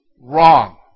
Wrong